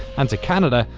and to canada,